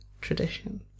tradition